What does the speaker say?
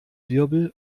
wirbel